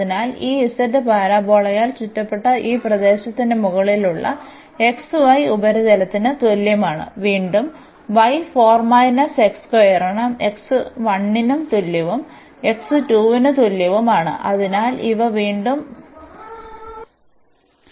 അതിനാൽ ഈ z പരാബോളയാൽ ചുറ്റപ്പെട്ട ഈ പ്രദേശത്തിന് മുകളിലുള്ള xy ഉപരിതലത്തിന് തുല്യമാണ് വീണ്ടും y നും x 1 ന് തുല്യവും x 2 ന് തുല്യവുമാണ്